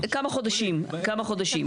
כמה חודשים, כמה חודשים.